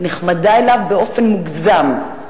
נחמדה אליו באופן מוגזם.